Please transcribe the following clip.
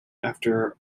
after